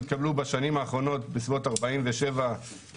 התקבלו בשנים האחרונות בסביבות 47 פניות,